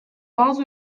bazı